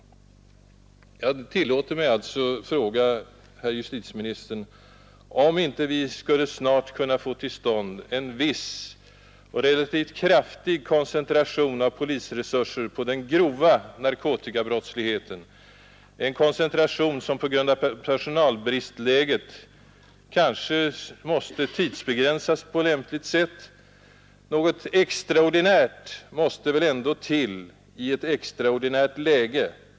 Jag tillåter mig alltså fråga herr justitieministern, om vi inte snart skulle kunna få till stånd en viss och relativt kraftig koncentration av polisresurser på den grova narkotikabrottsligheten, en koncentration som på grund av personalbristläget kanske måste tidsbegränsas på lämpligt sätt? Något extraordinärt måste väl ändå till i ett extraordinärt läge? Herr talman!